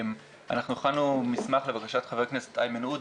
אנחנו הכנו מסמך לבקשת חבר הכנסת איימן עודה